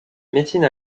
médecine